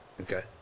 Okay